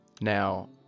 Now